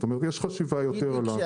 זאת אומרת, יש יותר חשיבה על